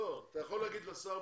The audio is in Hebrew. אתה יכול להגיד לשר,